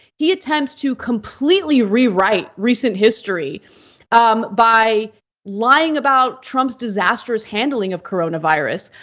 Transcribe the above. he attempts to completely rewrite recent history um by lying about trump's disastrous handling of coronavirus.